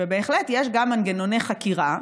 ויש בהחלט גם מנגנוני חקירה.